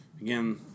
Again